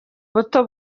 buto